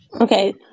Okay